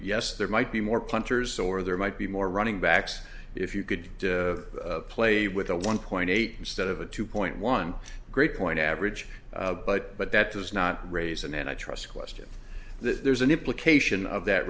yes there might be more punters or there might be more running backs if you could play with a one point eight instead of a two point one great point average but but that does not raise and i trust question that there's an implication of that